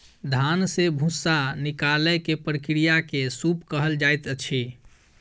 धान से भूस्सा निकालै के प्रक्रिया के सूप कहल जाइत अछि